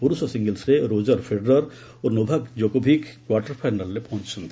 ପୁରୁଷ ସିଙ୍ଗିଲ୍ସରେ Roger Federer ଓ ନୋଭାକ୍ ଜୋକୋଭିକ୍ କ୍ୱାର୍ଟର ଫାଇନାଲ୍ରେ ପହଞ୍ଚ ୍ଚନ୍ତି